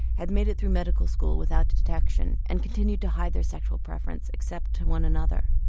had made it through medical school without detection and continued to hide their sexual preference except to one another.